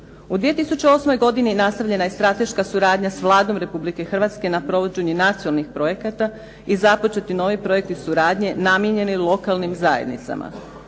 U 2008. godini nastavljena je strateška suradnja sa Vladom Republike Hrvatske na provođenju nacionalnih projekata i započeti novi projekti suradnje namijenjeni lokalnim zajednicama.